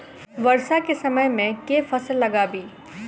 वर्षा केँ समय मे केँ फसल लगाबी?